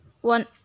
one